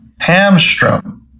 Hamstrom